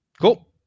Cool